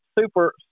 Super